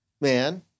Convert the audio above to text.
man